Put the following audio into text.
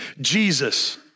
Jesus